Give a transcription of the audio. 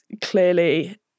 clearly